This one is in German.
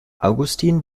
augustin